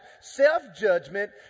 self-judgment